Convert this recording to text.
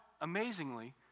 amazingly